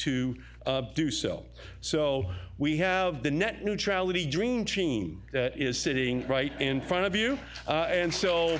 to do so so we have the net neutrality dream team that is sitting right in front of you and so